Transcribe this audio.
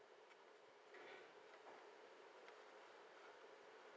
uh